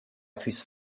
füss